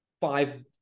five